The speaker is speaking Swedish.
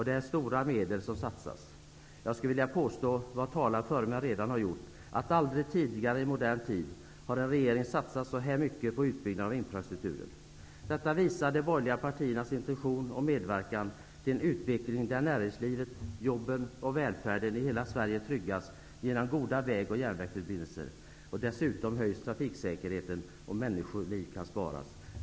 Det är stora medel som satsas. Jag skulle vilja påstå, som talare före mig redan har gjort, att en regering aldrig tidigare i modern tid har satsat så här mycket på utbyggnad av infrastruktur. Detta visar de borgerliga partiernas intention att medverka till en utveckling där näringslivet, jobben och välfärden i hela Sverige tryggas genom goda väg och järnvägsförbindelser. Dessutom höjs trafiksäkerheten och människoliv kan sparas.